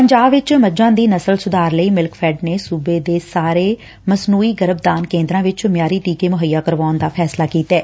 ਪੰਜਾਬ ਵਿਚ ਮੱਝਾਂ ਦੀ ਨਸਲ ਸੁਧਾਰ ਲਈ ਮਿਲਕਫੈਡ ਨੇ ਸੁਬੇ ਦੇ ਸਾਰੇ ਮਸਨੁਈ ਗਰਭਦਾਨ ਕੇਂਦਰਾਂ ਨੂੰ ਮਿਆਰੀ ਟੀਕੇ ਮੁਹੱਈਆ ਕਰਵਾਉਣ ਦਾ ਫੈਸਲਾ ਕੀਤੈ